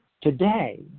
today